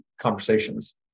conversations